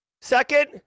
Second